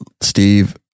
Steve